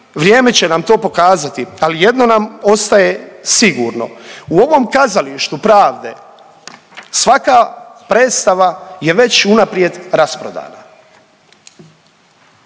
vrijeme će nam to pokazati. Ali jedno nam ostaje sigurno u ovom kazalištu pravde svaka predstava je već unaprijed rasprodana.